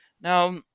now